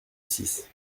six